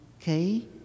Okay